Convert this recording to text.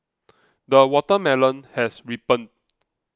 the watermelon has ripened